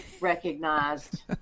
recognized